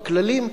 בכללים,